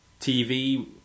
TV